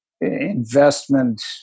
investment